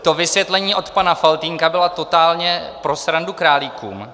To vysvětlení od pana Faltýnka bylo totálně pro srandu králíkům.